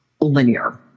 linear